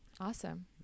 Awesome